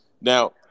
now